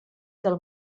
del